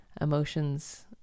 Emotions